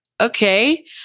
Okay